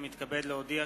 אני מתכבד להודיע,